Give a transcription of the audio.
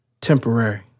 temporary